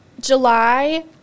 july